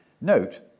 Note